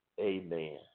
amen